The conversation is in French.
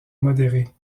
modérés